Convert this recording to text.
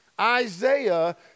Isaiah